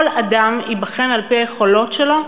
כל אדם ייבחן על-פי היכולות שלו,